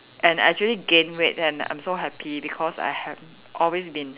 and actually gain weight and I'm so happy because I have always been